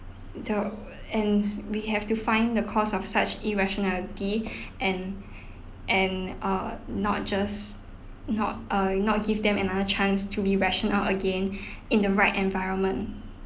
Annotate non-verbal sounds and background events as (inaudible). though and we have to find the cause of such irrationality (breath) and and uh not just not uh not give them another chance to be rational again (breath) in the right environment